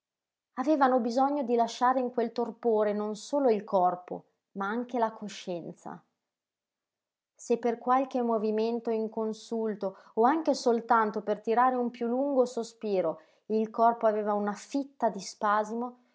avevano bisogno di lasciare in quel torpore non solo il corpo ma anche la coscienza se per qualche movimento inconsulto o anche soltanto per tirare un piú lungo sospiro il corpo aveva una fitta di spasimo